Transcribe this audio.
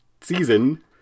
season